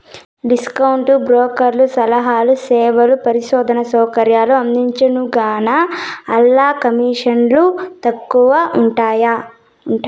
discount బ్రోకర్లు సలహాలు, సేవలు, పరిశోధనా సౌకర్యాలు అందించరుగాన, ఆల్ల కమీసన్లు తక్కవగా ఉంటయ్యి